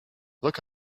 look